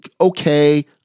okay